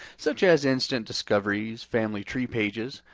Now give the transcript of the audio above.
such as instant discoveries, family tree pages,